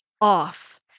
off